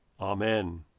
Amen